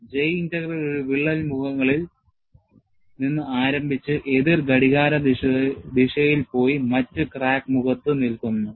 J integral ഒരു വിള്ളൽ മുഖങ്ങളിൽ നിന്ന് ആരംഭിച്ച് എതിർ ഘടികാരദിശയിൽ പോയി മറ്റ് ക്രാക്ക് മുഖത്ത് നിൽക്കുന്നു